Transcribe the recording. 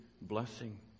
blessing